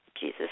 Jesus